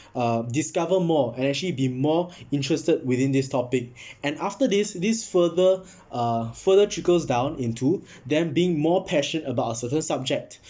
uh discover more and actually be more interested within this topic and after this this further uh further trickles down into them being more passionate about a certain subject